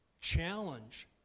challenge